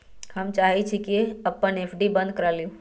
हम चाहई छी कि अपन एफ.डी बंद करा लिउ